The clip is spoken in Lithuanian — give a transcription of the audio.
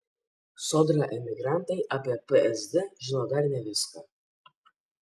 sodra emigrantai apie psd žino dar ne viską